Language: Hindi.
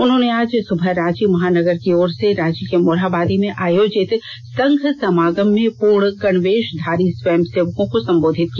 उन्होंने आज सुबह रांची महानगर की ओर से रांची के मोरहाबादी में आयोजित संघ समागम में पूर्ण गणवेषधारी स्वयंसेवकों को संबोधित किया